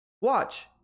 watch